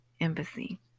embassy